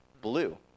blue